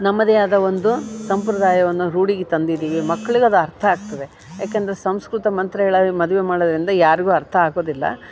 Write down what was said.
ನಮ್ಮದೇ ಆದ ಒಂದು ಸಂಪ್ರದಾಯವನ್ನ ರೂಢಿಗೆ ತಂದಿದಿ ಮಕ್ಳಿಗದು ಅರ್ಥ ಆಗ್ತದೆ ಯಾಕಂದರೆ ಸಂಸ್ಕೃತ ಮಂತ್ರ ಹೇಳದು ಮದುವೆ ಮಾಡದಿಂದ ಯಾರಿಗೂ ಅರ್ಥ ಆಗೊದಿಲ್ಲ